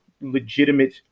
legitimate